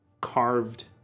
carved